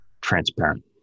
transparent